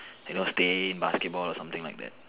you know staying basketball or something like that